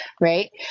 right